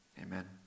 amen